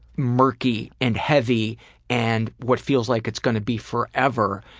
murky and heavy and what feels like it's going to be forever.